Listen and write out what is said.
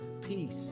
Peace